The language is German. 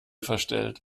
verstellt